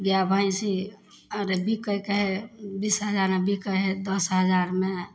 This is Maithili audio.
गाय भैंसी आओर बिक्कैके हइ बीस हजारमे बिक्कै हइ दस हजारमे